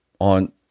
on